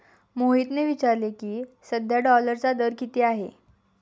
मोहितने विचारले की, सध्या डॉलरचा दर किती आहे?